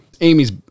Amy's